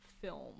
film